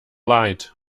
light